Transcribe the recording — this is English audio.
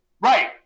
Right